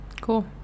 Cool